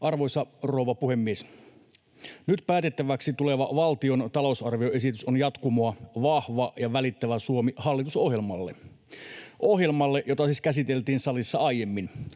Arvoisa rouva puhemies! Nyt päätettäväksi tuleva valtion talousarvioesitys on jatkumoa ”Vahva ja välittävä Suomi” ‑hallitusohjelmalle — ohjelmalle, jota siis käsiteltiin salissa aiemmin.